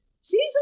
season